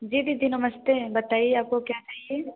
जी दीदी नमस्ते बताइए आपको क्या चाहिए